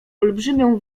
olbrzymią